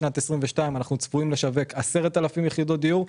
כאשר בשנת 2022 אנחנו צפויים לשווק 10,000 יחידות דיור.